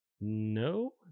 No